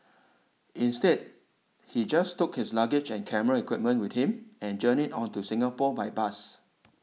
instead he just took his luggage and camera equipment with him and journeyed on to Singapore by bus